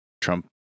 Trump